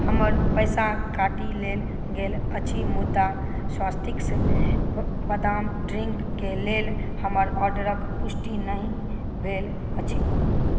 हमर पैसा काटि लेल गेल अछि मुदा स्वास्तिक्स बदाम ड्रिङ्क के लेल हमर ऑर्डर क पुष्टि नहि भेल अछि